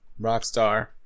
Rockstar